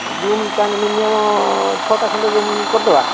room ତାହେଲେ minimum ଛଅଟା ଖଣ୍ଡେ ରୁମ୍ କରିଦେବା